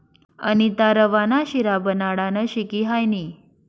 अनीता रवा ना शिरा बनाडानं शिकी हायनी